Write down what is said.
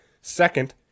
Second